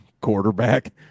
quarterback